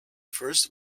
first